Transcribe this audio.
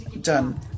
done